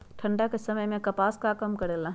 ठंडा के समय मे कपास का काम करेला?